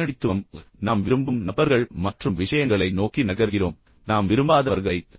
உடனடித்துவம் அதாவது நாம் விரும்பும் நபர்கள் மற்றும் விஷயங்களை நோக்கி நகர்கிறோம் மேலும் நாம் விரும்பாதவர்களைத்